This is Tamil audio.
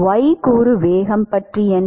y கூறு வேகம் பற்றி என்ன